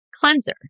Cleanser